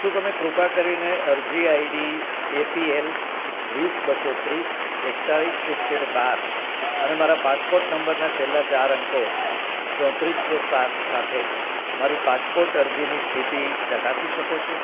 શું તમે કૃપા કરીને અરજી આઈડી એપીએલ વીસ બસો ત્રીસ એકતાલીસ સિત્તેર બાર અને મારા પાસપોર્ટ નંબરના છેલ્લા ચાર અંકો ચોત્રીસો સાત સાથે મારી પાસપોર્ટ અરજીની સ્થિતિ ચકાસી શકો છો